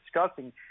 discussing